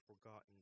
forgotten